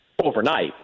overnight